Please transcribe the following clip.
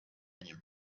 nyuma